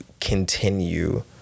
continue